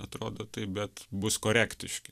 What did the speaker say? atrodo taip bet bus korektiški